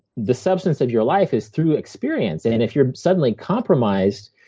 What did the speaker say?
the substance of your life is through experience. and and if you're suddenly compromised,